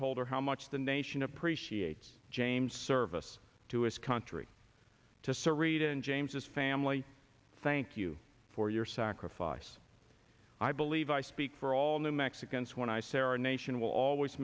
told her how much the nation appreciates james service to his country to sir read in james's family thank you for your sacrifice i believe i speak for all new mexicans when i say our nation will always